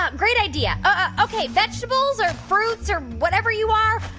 ah great idea. ok, vegetables or fruits or whatever you are,